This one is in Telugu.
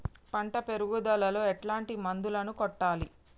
పంట పెరుగుదలలో ఎట్లాంటి మందులను కొట్టాలి?